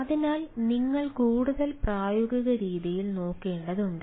അതിനാൽ നിങ്ങൾ കൂടുതൽ പ്രായോഗിക രീതിയിൽ നോക്കേണ്ടതുണ്ട്